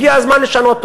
הגיע הזמן לשנות.